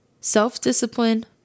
Self-discipline